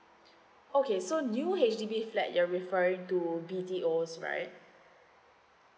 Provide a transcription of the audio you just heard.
okay so new H_D_B flat you're referring to B_T_O right